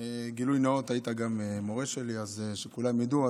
גילוי נאות, היית גם מורה שלי, אז שכולם ידעו.